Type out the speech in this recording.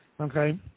Okay